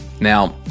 Now